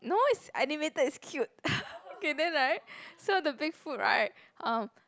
no it's animated it's cute okay then right so the Big Foot right um